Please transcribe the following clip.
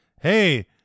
hey